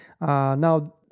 Now